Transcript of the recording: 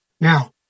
Now